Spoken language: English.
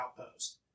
Outpost